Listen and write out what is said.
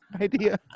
idea